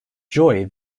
joy